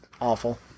awful